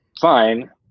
fine